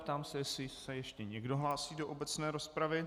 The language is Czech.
Ptám se, jestli se ještě někdo hlásí do obecné rozpravy.